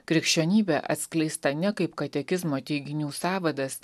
krikščionybė atskleista ne kaip katekizmo teiginių sąvadas